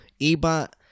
Ebot